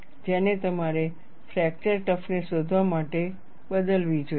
જેને તમારે fracture toughness શોધવા માટે બદલવી જોઈએ